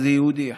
איזה יהודי אחד.